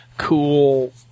cool